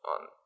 on